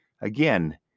Again